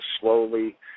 slowly